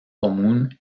común